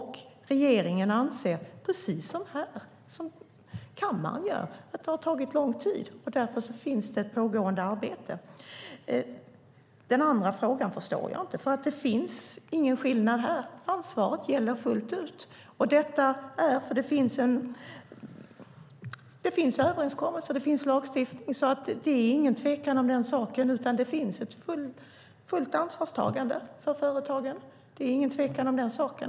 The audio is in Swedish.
Regeringen anser, precis som kammaren gör, att det har tagit lång tid. Därför pågår det nu ett arbete. Frågan du ställer förstår jag inte, för det finns ingen skillnad. Ansvaret gäller fullt ut. Det finns överenskommelser och lagstiftning, och det är ingen tvekan om att det finns ett fullt ansvarstagande för företagen.